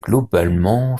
globalement